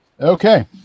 Okay